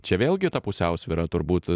čia vėlgi ta pusiausvyra turbūt